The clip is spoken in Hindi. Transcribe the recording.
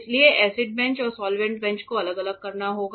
इसलिए एसिड बेंच और सॉल्वेंट बेंच को अलग करना होगा